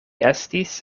estis